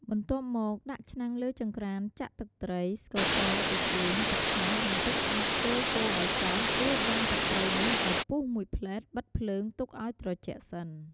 បន្ទាប់មក ដាក់ឆ្នាំងលើចង្ក្រានចាក់ទឹកត្រី ស្ករស ប៊ីចេង ទឹកខ្មេះ និង ទឹកស្អាតចូលកូរឲ្យសព្វ រួចដាំទឹកត្រីនេះឲ្យពុះមួយភ្លែតបិទភ្លើងទុកឲ្យត្រជាក់សិន។